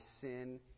sin